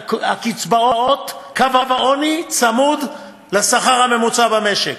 קו העוני צמוד לשכר הממוצע במשק.